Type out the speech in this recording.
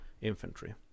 infantry